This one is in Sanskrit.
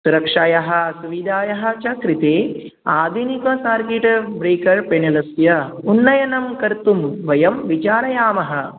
सुरक्षायाः सुविधायाः च कृते आधुनिकसर्किटब्रेकर् पेनलस्य उन्नयनं कर्तुं वयं विचारयामः